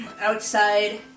outside